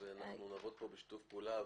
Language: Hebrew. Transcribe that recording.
אנחנו נעבוד פה בשיתוף פעולה.